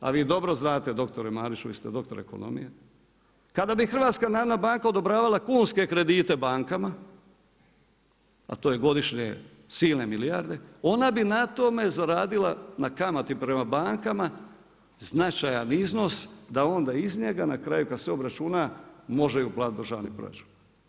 A vi dobro znate doktore Mariću, vi ste doktor ekonomije, kada bi HNB odobravao kunske kredite bankama, a to je godišnje silne milijarde ona bi na tome zaradila, na kamati prema bankama značajan iznos da onda iz njega na kraju kada se obračuna može i uplatiti u državni proračun.